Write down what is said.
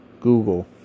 Google